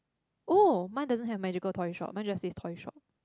oh mine doesn't have magical toy shop mine just says toy shop